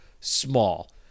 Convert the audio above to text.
small